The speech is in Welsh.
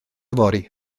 fory